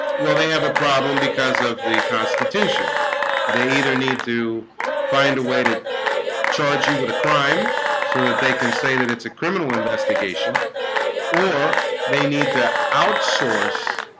well they have a problem because of the constitution they either need to find a way to charge you with a crime so that they can say that it's a criminal investigation or they need to outsource